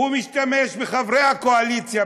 הוא משתמש בחברי הקואליציה,